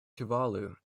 tuvalu